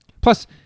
Plus